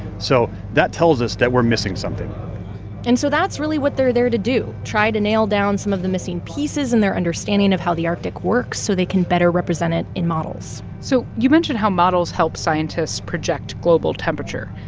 so that tells us that we're missing something and so that's really what they're there to do try to nail down some of the missing pieces in their understanding of how the arctic works so they can better represent it in models so you mentioned how models help scientists project global temperature.